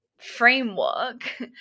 framework